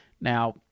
Now